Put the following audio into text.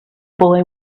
boy